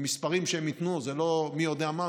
המספרים שהם ייתנו זה לא מי יודע מה,